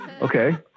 Okay